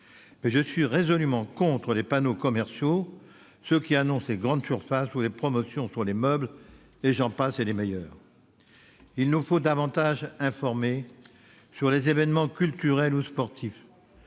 mais je suis résolument contre les panneaux commerciaux, ceux qui annoncent les grandes surfaces ou les promotions sur les meubles ; j'en passe, et des meilleures. Il nous faut davantage informer sur les évènements culturels ou sportifs,